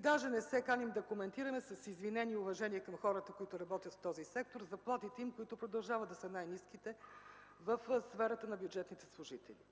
Даже не се каним да коментираме, с извинение и уважение към хората, които работят в този сектор, заплатите им, които продължават да са най-ниските в сферата на бюджетните служители.